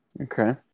Okay